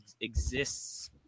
exists